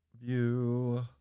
view